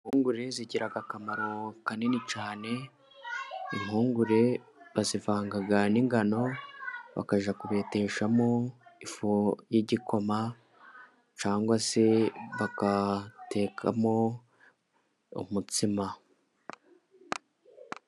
Impungure zigira akamaro kanini cyane impungure bazivanga n'ingano, bakajya kuteshamo ifu y'igikoma cyangwa se bagatekamo umutsima.